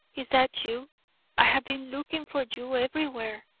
is that you? i have been looking for you everywhere.